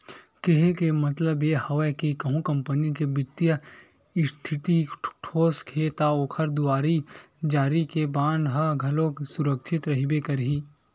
केहे के मतलब ये हवय के कहूँ कंपनी के बित्तीय इस्थिति ठोस हे ता ओखर दुवारी जारी के बांड ह घलोक सुरक्छित रहिबे करही